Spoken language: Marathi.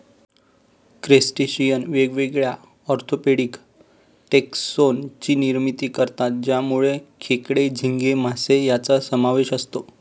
क्रस्टेशियन वेगवेगळ्या ऑर्थोपेडिक टेक्सोन ची निर्मिती करतात ज्यामध्ये खेकडे, झिंगे, मासे यांचा समावेश असतो